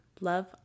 Love